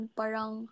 parang